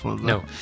No